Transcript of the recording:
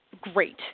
great